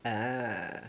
ah